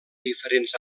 diferents